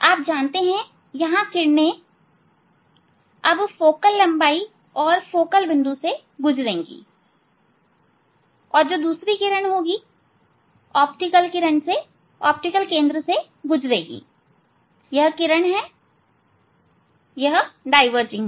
आप जानते हैं यहां किरणे अब इस फोकल लंबाई फोकल बिंदु से गुजरेगी और दूसरी किरण ऑप्टिकल केंद्र से गुजरेगी यह किरण है यह डाईवर्जिंग है